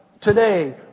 Today